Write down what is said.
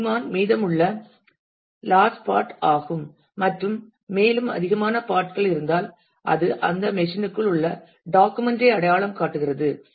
சிக்மான் மீதமுள்ள last part ஆகும் மற்றும் மேலும் மேலும் அதிகமான பார்ட் கள் இருந்தால் அது அந்த மெஷின் க்குள் உள்ள டாக்குமெண்ட் ஐ அடையாளம் காட்டுகிறது